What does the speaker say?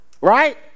Right